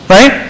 Right